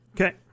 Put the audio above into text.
Okay